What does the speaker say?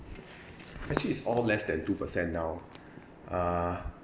actually is all less than two percent now uh